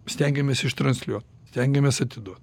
stengiamės ištransliuot stengiamės atiduo